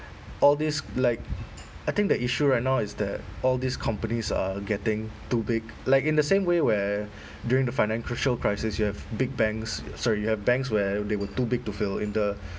all this like I think the issue right now is that all these companies are getting too big like in the same way where during the financial crisis you have big banks sorry you have banks where they were too big to fail in the